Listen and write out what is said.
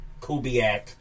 Kubiak